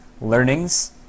learnings